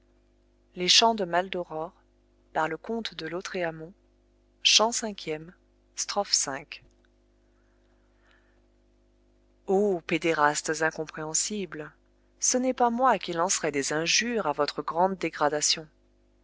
tien o pédérastes incompréhensibles ce n'est pas moi qui lancerai des injures à votre grande dégradation